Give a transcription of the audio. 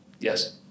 Yes